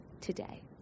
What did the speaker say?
today